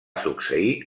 succeir